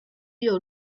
具有